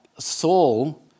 Saul